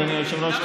אדוני היושב-ראש,